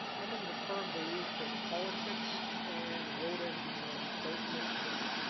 i'm of the firm belief that politics and road engineering don't mix well.